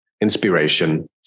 inspiration